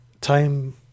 time